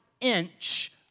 inch